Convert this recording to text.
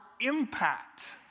impact